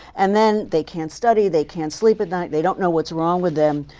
and then they can't study, they can't sleep at night, they don't know what's wrong with them.